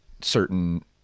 certain